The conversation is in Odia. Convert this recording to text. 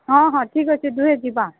ହଁ ହଁ ଠିକ୍ ଅଛି ଦୁହେ ଯିବା